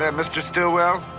um mr. stillwell?